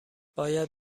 باید